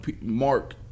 mark